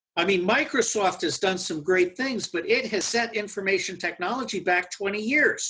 i mean microsoft has done some great things, but it has set information technology back twenty years